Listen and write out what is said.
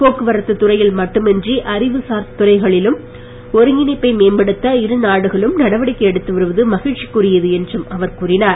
போக்குவரத்துத் துறையில் மட்டுமின்றி அறிவுசார் துறைகளிலும் ஒரங்கிணைப்பை மேம்படுத்த இருநாடுகளும் நடவடிக்கை எடுத்துவருவது மகிழ்ச்சிக்குரியது என்றும் அவர் கூறினார்